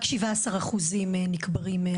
בישיבה הזו מכבדים אותנו בהשתתפותם שר הבינוי והשיכון,